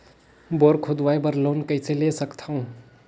Bore खोदवाय बर loan कइसे ले सकथव?